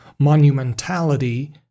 monumentality